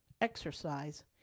exercise